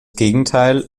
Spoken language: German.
gegenteil